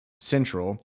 Central